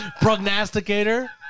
Prognosticator